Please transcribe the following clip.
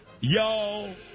y'all